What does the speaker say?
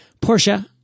Portia